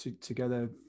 together